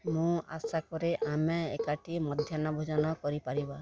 ମୁଁ ଆଶା କରେ ଆମେ ଏକାଠି ମଧ୍ୟାହ୍ନ ଭୋଜନ କରିପାରିବା